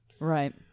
Right